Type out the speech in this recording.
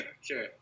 sure